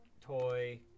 toy